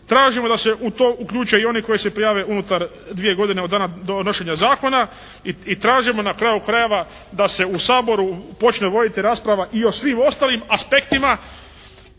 Tražimo da se u to uključe i oni koji se prijave unutar dvije godine od dana donošenja zakona. I tražimo na kraju krajeva da se u Saboru počne voditi rasprava i o svim ostalim aspektima